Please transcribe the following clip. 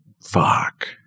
fuck